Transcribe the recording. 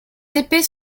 épées